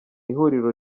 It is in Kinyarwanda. ihuriro